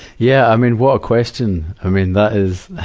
yeah, i mean, what a question. i men, that is,